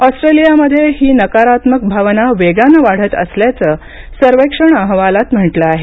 ऑस्ट्रेलियामध्ये ही नकारात्मक भावना वेगानं वाढत असल्याचं सर्वेक्षण अहवालात म्हटलं आहे